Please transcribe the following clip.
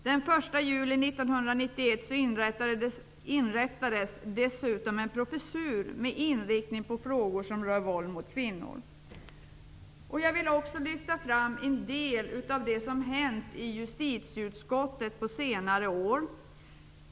Den 1 juli 1991 inrättades dessutom en professur med inriktning på frågor som rör våld mot kvinnor. Jag vill också lyfta fram en del av det som hänt i justitieutskottet på senare år.